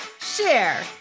share